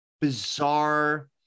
bizarre